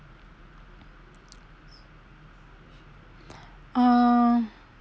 uh